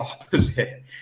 opposite